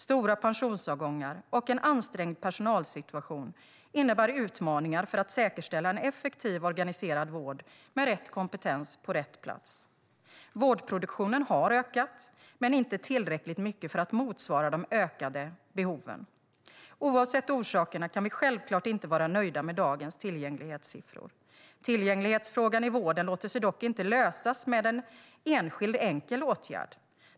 Stora pensionsavgångar och en ansträngd personalsituation innebär utmaningar för att säkerställa en effektivt organiserad vård med rätt kompetens på rätt plats. Vårdproduktionen har ökat - men inte tillräckligt mycket för att motsvara de ökade behoven. Oavsett orsakerna kan vi självklart inte vara nöjda med dagens tillgänglighetsiffror. Tillgänglighetsfrågan i vården låter sig dock inte lösas med en enskild enkel åtgärd.